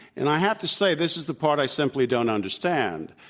and i have to say this is the part i simply don't understand.